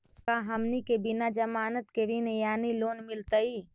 का हमनी के बिना जमानत के ऋण यानी लोन मिलतई?